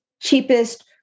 cheapest